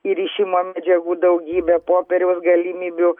įrišimo medžiagų daugybė popieriaus galimybių